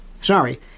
Sorry